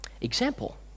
Example